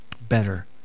better